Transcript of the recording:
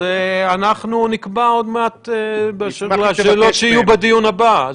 אז אנחנו נקבע עוד מעט שאלות שיהיו בדיון הבא.